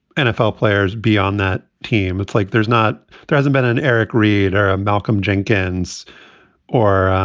nfl players be on that team. it's like there's not there hasn't been an eric reid or malcolm jenkins or,